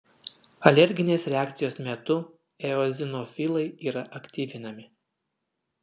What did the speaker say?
alerginės reakcijos metu eozinofilai yra aktyvinami